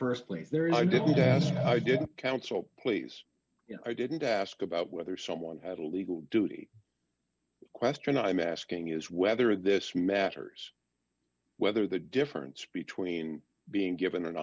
the st place there is i did the best i did counsel please you know i didn't ask about whether someone had a legal duty question i'm asking is whether of this matters whether the difference between being given an